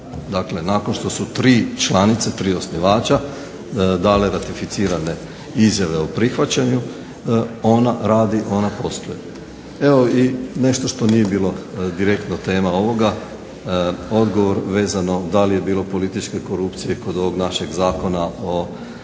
Dakle, nakon što su tri članice, tri osnivača dale ratificirati izjave o prihvaćanju ona radi, ona postoji. Evo i nešto što nije bila direktno tema ovoga, odgovor vezano da li je bilo političke korupcije kod ovog našeg Zakona o